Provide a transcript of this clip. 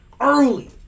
Early